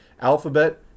Alphabet